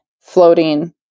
floating